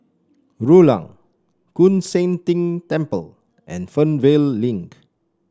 Rulang Koon Seng Ting Temple and Fernvale Link